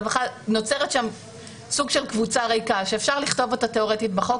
הרפואי לומר לילדה אם את רוצה את לא צריכה לקבל את ההסכמה של האימא,